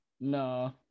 no